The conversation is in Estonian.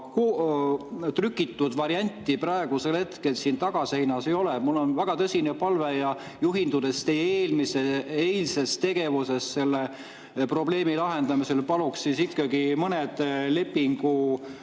trükitud varianti praegusel hetkel siin tagaseina ääres ei ole. Mul on väga tõsine palve, juhindudes teie eilsest tegevusest probleemi lahendamisel, paluks ikkagi mõned lepingu